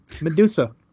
Medusa